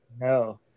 No